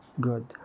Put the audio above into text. good